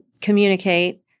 communicate